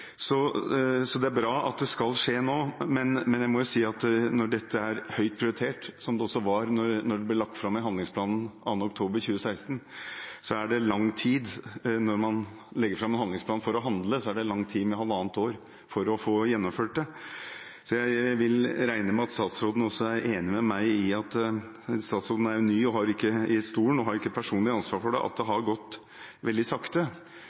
skal skje nå. Men jeg må jo si at når dette nå er høyt prioritert – som det også var da det ble lagt fram i handlingsplanen 2. oktober 2016 – så har det tatt lang tid. Når man legger fram en handlingsplan for å handle, så er det lang tid med halvannet år for å få gjennomført det. Så jeg regner med at statsråden er enig med meg i – statsråden er jo er ny i stolen og har ikke personlig ansvar for det – at det har gått veldig sakte,